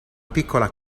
piccola